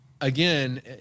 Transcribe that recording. again